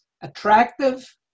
attractive